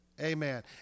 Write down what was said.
Amen